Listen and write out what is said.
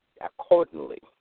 accordingly